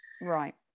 right